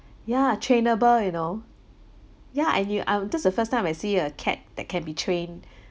ya trainable you know yeah and it I that's the first time I see a cat that can be trained